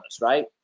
right